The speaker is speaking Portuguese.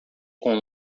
com